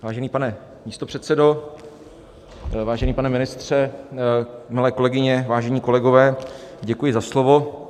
Vážený pane místopředsedo, vážený pane ministře, milé kolegyně, vážení kolegové, děkuji za slovo.